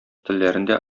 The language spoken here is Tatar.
телләрендә